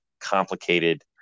complicated